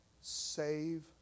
save